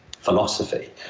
philosophy